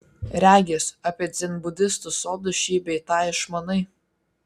regis apie dzenbudistų sodus šį bei tą išmanai